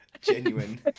genuine